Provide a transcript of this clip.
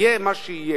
יהיה מה שיהיה.